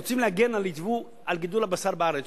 הם רוצים להגן על גידול הבשר בארץ,